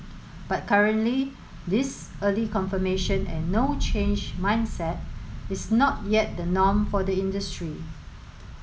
but currently this early confirmation and no change mindset is not yet the norm for the industry